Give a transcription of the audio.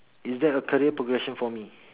is there a career progression for me